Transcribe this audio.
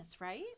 right